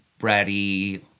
bratty